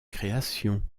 création